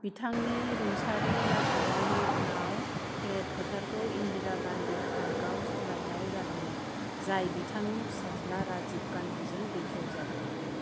बिथांनि रुंसारि जाखांनायनि उनाव पेरेड फोथारखौ इन्दिरा गान्धी पार्कआव सोलायनाय जादोंमोन जाय बिथांनि फिसाज्ला राजीव गान्धीजों बेखेवजादोंमोन